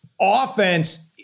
offense